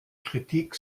kritik